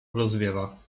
rozwiewa